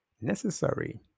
necessary